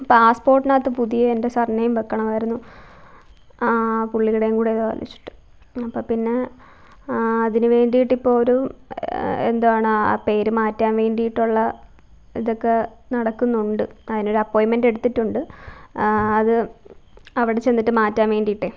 പാസ്സ്പോർട്ടിനകത്ത് പുതിയ എൻ്റെ surname വെക്കണമായിരുന്നു പുള്ളീടെയും കൂടെ അത് വെച്ചിട്ട് അപ്പം പിന്നെ അതിനുവേണ്ടിയിട്ടിപ്പോൾ ഒരു എന്താണ് ആ പേര് മാറ്റാൻ വേണ്ടിയിട്ടുള്ള ഇതൊക്കെ നടക്കുന്നുണ്ട് അതിനൊരു അപ്പോയിൻമെൻറ്റ് എടുത്തിട്ടുണ്ട് അത് അവിടെ ചെന്നിട്ട് മാറ്റാൻ വേണ്ടീട്ടേ